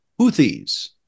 Houthis